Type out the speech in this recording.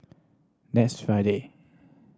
next Friday